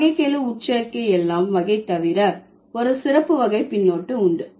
வகைக்கெழு உட்சேர்க்கைல்லா வகை தவிர ஒரு சிறப்பு வகை பின்னொட்டு உண்டு